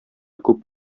күп